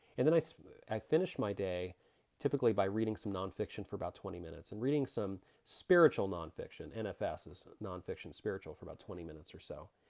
and then i so i finish my day typically by reading some nonfiction for about twenty minutes. and reading some spiritual nonfiction, nfs is nonfiction spiritual, for about twenty minutes or so.